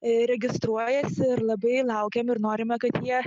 registruojasi ir labai laukiam ir norime kad jie